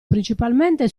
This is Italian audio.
principalmente